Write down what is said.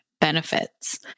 benefits